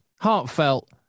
heartfelt